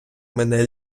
мене